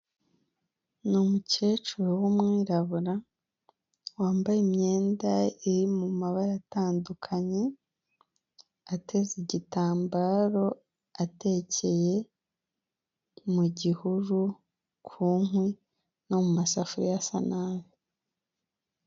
Ni i umukecuru w'umwirabura wambaye imyenda iri mu mabara atandukanye, ateze igitambaro, atekeye mu gihuru ku nkwi no mu masafueiya asa nabi.